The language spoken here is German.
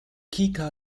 kika